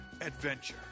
adventure